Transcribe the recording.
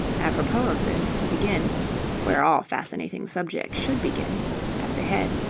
apropos of this, to begin where all fascinating subjects should begin at the head,